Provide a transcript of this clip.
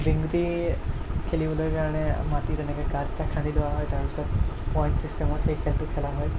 বিৰিং গুটি খেলিবৰ কাৰণে মাটিত এনেকৈ গাত এটা খান্দি লোৱা হয় তাৰপিছত পইণ্ট চিষ্টেমত সেই খেলটো খেলা হয়